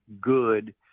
good